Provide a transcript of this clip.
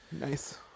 Nice